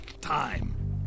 time